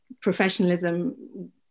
professionalism